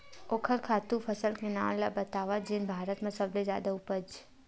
ओखर खातु फसल के नाम ला बतावव जेन भारत मा सबले जादा उपज?